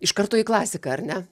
iš karto į klasiką ar ne